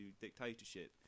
dictatorship